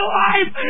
life